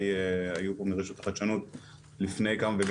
האמת שגם המחקר הזה הוזכר כמה פעמים.